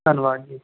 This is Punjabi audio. ਧੰਨਵਾਦ ਜੀ